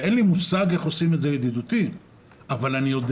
אין לי מושג איך עושים את זה ידידותי אבל אני יודע